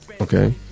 Okay